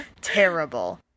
Terrible